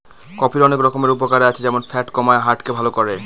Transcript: কফির অনেক রকমের উপকারে আছে যেমন ফ্যাট কমায়, হার্ট কে ভালো করে